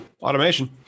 automation